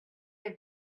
had